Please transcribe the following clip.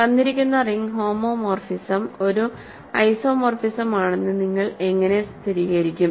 തന്നിരിക്കുന്ന ring homomorphism ഒരു isomorphism ആണെന്ന് നിങ്ങൾ എങ്ങനെ സ്ഥിരീകരിക്കും